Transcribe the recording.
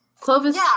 Clovis